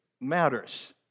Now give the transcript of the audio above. matters